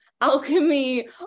alchemy